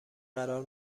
قرار